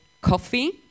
coffee